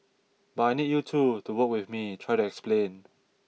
but I need you too to work with me try to explain